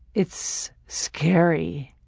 it's scary.